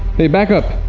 hey back up